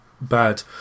bad